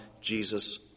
Jesus